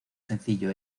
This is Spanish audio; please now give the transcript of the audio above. sencillo